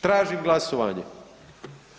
Tražim glasovanje.